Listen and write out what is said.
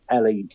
LED